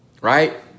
right